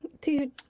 dude